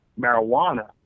marijuana